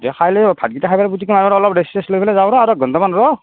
দে খাই লৈ ভাতকেইটা খাই পেলাই অলপ ৰেষ্ট চেষ্ট লৈ পেলাই যাওঁ ৰ আৰু এক ঘন্টা মান ৰ